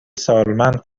سالمند